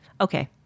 Okay